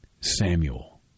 Samuel